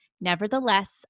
Nevertheless